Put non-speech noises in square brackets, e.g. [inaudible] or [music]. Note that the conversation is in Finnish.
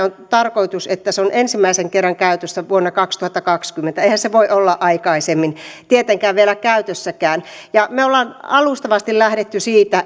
[unintelligible] on tarkoitus että harkinnanvarainen on ensimmäisen kerran käytössä vuonna kaksituhattakaksikymmentä eihän se voi olla aikaisemmin tietenkään vielä käytössäkään me olemme alustavasti lähteneet siitä